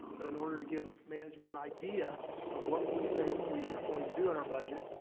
but in order to give management an idea of what we think we are going to do in our budget,